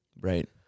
Right